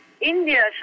India